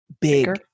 big